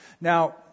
Now